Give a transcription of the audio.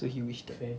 so he wish that